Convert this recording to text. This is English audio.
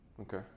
okay